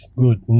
good